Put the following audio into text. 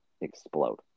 explode